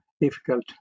difficult